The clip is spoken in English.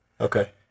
Okay